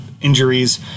injuries